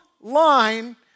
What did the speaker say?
line